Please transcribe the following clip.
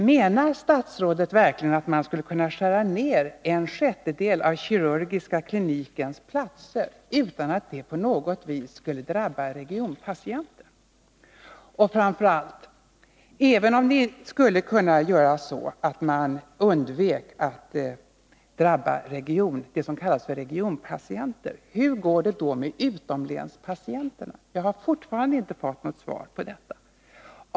Menar statsrådet verkligen att man skulle kunna skära ned en sjättedel av den kirurgiska klinikens platser utan att det på något vis skulle drabba regionpatienterna? Och framför allt: Även om man skulle kunna göra så att man undvek att de som kallas regionpatienter drabbas, hur går det då med utomlänspatienterna? Jag har fortfarande inte fått något svar på den frågan.